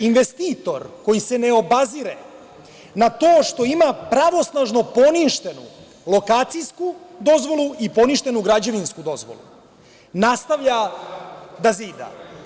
Investitor koji se ne obazire na to što ima pravosnažno poništenu lokacijsku dozvolu i poništenu građevinsku dozvolu nastavlja da zida.